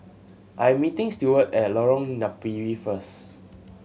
I'm meeting Stewart at Lorong Napiri first